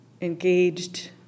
Engaged